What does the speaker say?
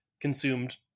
consumed